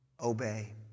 Obey